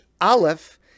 aleph